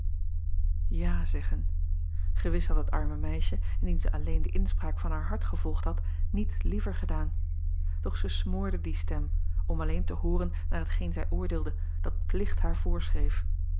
a zeggen gewis had het arme meisje indien zij al acob van ennep laasje evenster delen leen de inspraak van haar hart gevolgd had niets liever gedaan doch zij smoorde die stem om alleen te hooren naar t geen zij oordeelde dat plicht haar